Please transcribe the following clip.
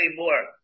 more